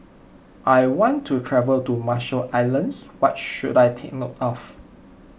I want to travel to Marshall Islands what should I take note of